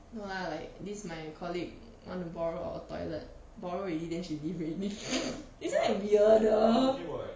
no lah this is my colleague want to borrow our toilet borrow already then she leave ready isn't it weirder